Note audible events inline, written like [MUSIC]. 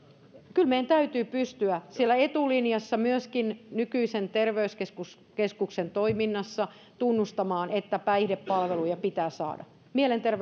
kyllä meidän täytyy pystyä siellä etulinjassa myöskin nykyisen terveyskeskuksen toiminnassa tunnustamaan että päihdepalveluja pitää saada mielenter [UNINTELLIGIBLE]